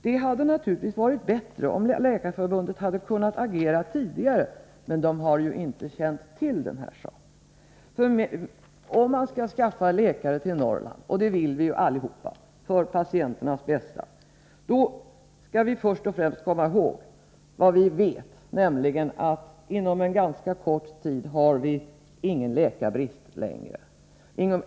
Det hade naturligtvis varit bättre om Läkarförbundet kunnat agera tidigare, men man har ju inte känt till den här saken. Om man skall skaffa läkare till Norrland — och det vill vi ju alla, för patienternas bästa — då skall man först och främst komma ihåg att vi inom en ganska kort tid inte kommer att ha någon läkarbrist längre.